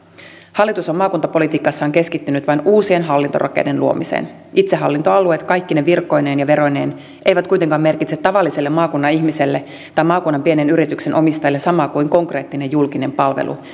hallitus on maakuntapolitiikassaan keskittynyt vain uusien hallintorakenteiden luomiseen itsehallintoalueet kaikkine virkoineen ja veroineen eivät kuitenkaan merkitse tavalliselle maakunnan ihmiselle tai maakunnan pienen yrityksen omistajille samaa kuin konkreettinen julkinen palvelu